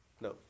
No